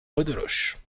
beaudeloche